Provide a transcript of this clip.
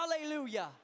Hallelujah